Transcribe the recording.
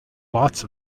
lots